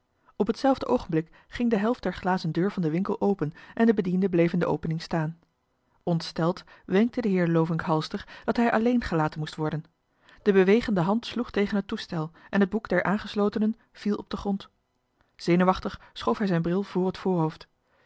op hetzelfde oogenblik ging de helft der glazen deur van den winkel open en de bediende bleef in de opening staan ontsteld wenkte de heer lovink halster dat hij alleen gelaten moest worden de bewegende hand sloeg tegen het toestel en het boek der aangeslotenen viel op den grond zenuwachtig schoof hij zijn bril vr het voorhoofd